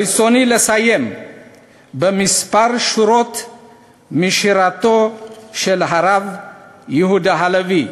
ברצוני לסיים בכמה שורות משירתו של רבי יהודה הלוי,